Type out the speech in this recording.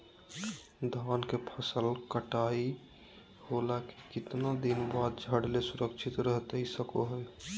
धान के फसल कटाई होला के बाद कितना दिन बिना झाड़ले सुरक्षित रहतई सको हय?